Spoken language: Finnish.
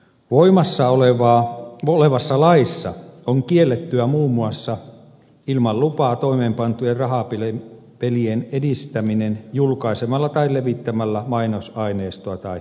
voimassa olevassa laissa on kiellettyä muun muassa ilman lupaa toimeenpantujen rahapelien edistäminen julkaisemalla tai levittämällä mai nosaineistoa tai muulla vastaavalla tavalla